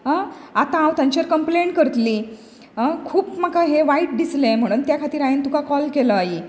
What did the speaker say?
अं आता हांव तांचेर कंप्लेन करतली अं खूप म्हाका हे वायट दिसलें म्हणोन त्या खातीर हांवेन तुका कॉल केलो आई